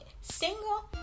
single